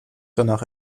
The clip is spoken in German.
danach